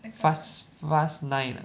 fast fas~ fast nine ah